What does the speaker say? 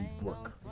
work